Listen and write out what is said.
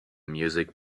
music